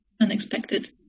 unexpected